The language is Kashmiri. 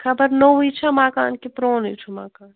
خبر نوٚوُے چھا مَکان کہِ پرٛونُے چھُ مکان